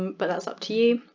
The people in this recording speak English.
but that's up to you.